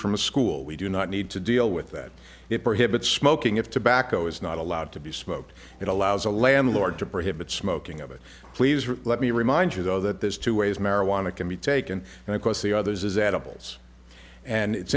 from a school we do not need to deal with that it prohibits smoking if tobacco is not allowed to be smoked it allows a landlord to prohibit smoking of it please let me remind you though that there's two ways marijuana can be taken and of course the others as adults and it's